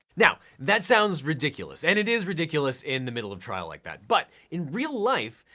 now that sounds ridiculous, and it is ridiculous in the middle of trial like that, but in real life,